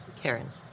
Karen